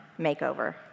makeover